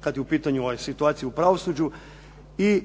kad je u pitanju situacija u pravosuđa i